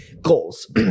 goals